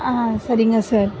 ஆ சரிங்க சார்